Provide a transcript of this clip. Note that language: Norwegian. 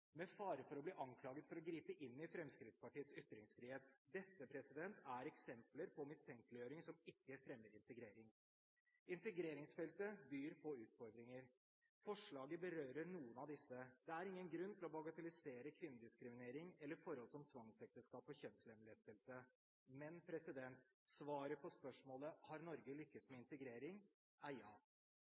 Med fare for å bli anklaget for å gripe inn i Fremskrittspartiets ytringsfrihet: Dette er eksempler på mistenkeliggjøring som ikke fremmer integrering. Integreringsfeltet byr på utfordringer. Forslaget berører noen av disse. Det er ingen grunn til å bagatellisere kvinnediskriminering eller forhold som tvangsekteskap og kjønnslemlestelse. Men svaret på spørsmålet om Norge har lyktes med integrering, er ja.